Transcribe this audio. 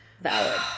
valid